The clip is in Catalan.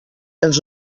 els